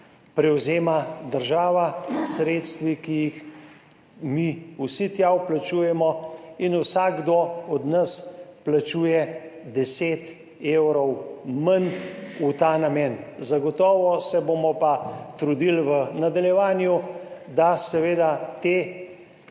prevzema država s sredstvi, ki jih mi vsi tja vplačujemo. Vsakdo od nas plačuje 10 evrov manj v ta namen. Zagotovo se bomo pa trudili v nadaljevanju, da te